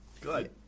Good